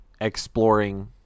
exploring